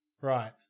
Right